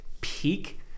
peak